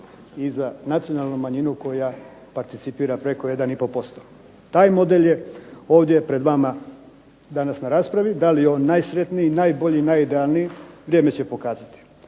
i za nacionalnu manjinu koja participira preko 1,5%. Taj model je ovdje pred vama danas na raspravi. Da li je on najsretniji, najbolji i najidealniji vrijeme će pokazati.